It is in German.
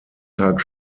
tag